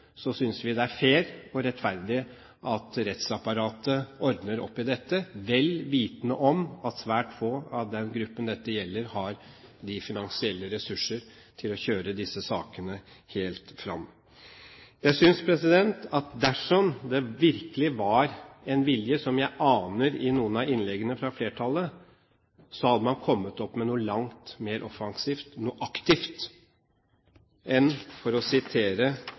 synes vi det er fair og rettferdig at rettsapparatet ordner opp i dette. Man sier dette vel vitende om at svært få i den gruppen dette gjelder, har de finansielle ressurser til å kjøre disse sakene helt fram. Jeg synes at dersom det virkelig var en vilje, som jeg aner i noen av innleggene fra flertallet, hadde man kommet opp med noe langt mer offensivt – noe aktivt – enn